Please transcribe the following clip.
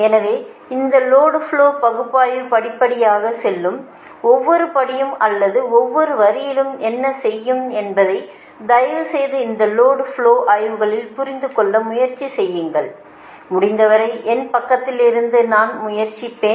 எனவே இந்த load flow பகுப்பாய்வு படிப்படியாக செல்லும் ஒவ்வொரு படியும் அல்லது ஒவ்வொரு வரியிலும் என்ன செய்யும் என்பதை தயவுசெய்து இந்த லோடு ஃப்லோ ஆய்வுகளில் புரிந்து கொள்ள முயற்சி செய்யுங்கள் முடிந்தவரை என் பக்கத்திலிருந்து நான் முயற்சிப்பேன்